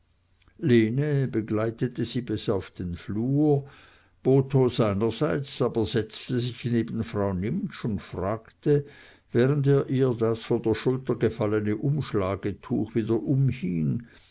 begleitete sie bis auf den flur botho seinerseits aber setzte sich neben frau nimptsch und fragte während er ihr das von der schulter gefallene umschlagetuch wieder